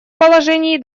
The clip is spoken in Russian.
положений